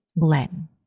Glenn